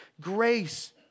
grace